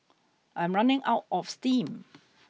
I'm running out of steam